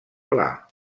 pla